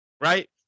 right